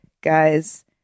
Guys